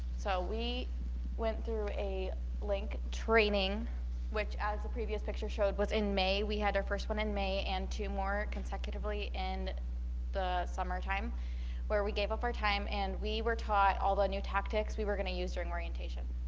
so we went through a link training which as the previous picture showed was in may we had our first one in may and two more consecutively in the summertime where we gave up our time and we were taught all the new tactics we were going to use during orientation